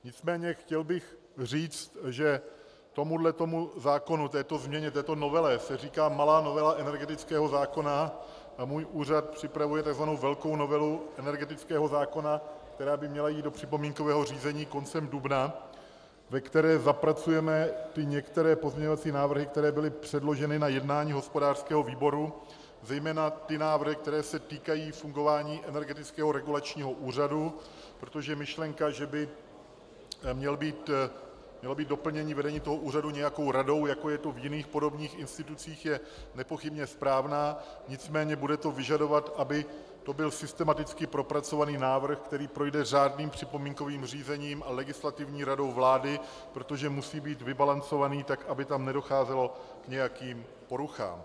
Nicméně bych chtěl říct, že tomuto zákonu, této změně, této novele se říká malá novela energetického zákona a můj úřad připravuje takzvanou velkou novelu energetického zákona, která by měla jít do připomínkového řízení koncem dubna, ve které zapracujeme některé pozměňovací návrhy, které byly předloženy na jednání hospodářského výboru, zejména návrhy, které se týkají fungování Energetického regulačního úřadu, protože myšlenka, že by mělo být doplněno vedení úřadu nějakou radou, jako je to v jiných podobných institucích, je nepochybně správná, nicméně to bude vyžadovat, aby to byl systematicky propracovaný návrh, který projde řádným připomínkovým řízením a Legislativní radou vlády, protože musí být vybalancovaný, aby tam nedocházelo k nějakým poruchám.